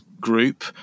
group